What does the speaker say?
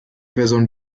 person